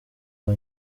aba